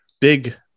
big